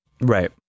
Right